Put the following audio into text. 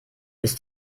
ist